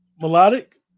melodic